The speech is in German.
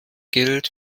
gilt